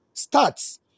starts